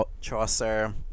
Chaucer